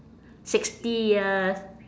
sixty years